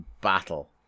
battle